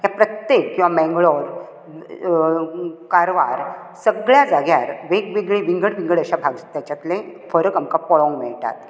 ह्या प्रत्येक किंवां मेंगलोर कारवार सगळ्या जाग्यार वेगवेगळे विंगड विंगड अशे तेच्यांतले फरक आमकां पळोवंक मेळटात